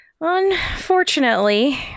Unfortunately